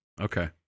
Okay